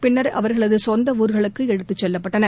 பின்னர் அவர்களது சொந்த ஊர்களுக்கு எடுத்துச் செல்லப்பட்டன